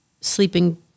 sleeping